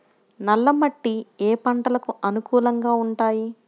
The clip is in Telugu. నల్ల మట్టి ఏ ఏ పంటలకు అనుకూలంగా ఉంటాయి?